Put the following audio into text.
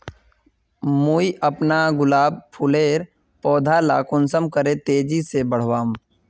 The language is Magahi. मुई अपना गुलाब फूलेर पौधा ला कुंसम करे तेजी से बढ़ाम?